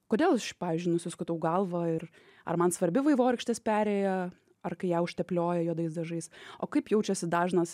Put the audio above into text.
kodėl aš pavyzdžiui nusiskutau galvą ir ar man svarbi vaivorykštės perėja ar kai ją užteplioja juodais dažais o kaip jaučiasi dažnas